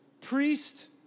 priest